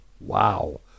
Wow